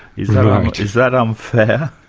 is is that unfair?